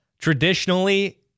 Traditionally